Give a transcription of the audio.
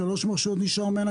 מה נשאר ממנו?